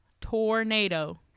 tornado